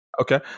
okay